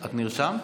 את נרשמת?